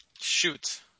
Shoot